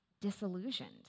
disillusioned